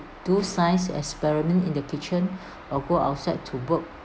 do science experiment in the kitchen or go outside to work